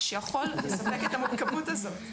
שיכול לספק את המורכבות הזאת.